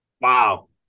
Wow